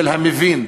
של המבין.